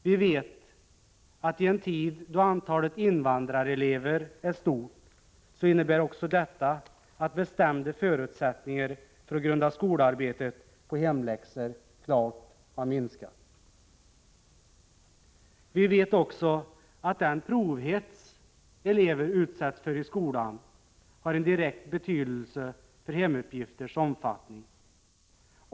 Vi vet att i en tid då antalet invandrarelever är stort innebär också detta att bestämda förutsättningar för att grunda skolarbetet på hemläxor har minskat. Vi vet att också den provhets elever utsätts för i skolan har en direkt betydelse för hemuppgifternas omfattning.